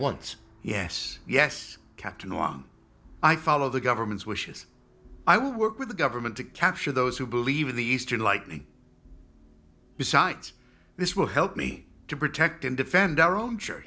once yes yes captain norm i follow the government's wishes i work with the government to capture those who believe in the eastern likely besides this will help me to protect and defend our own church